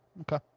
Okay